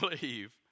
believe